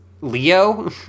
Leo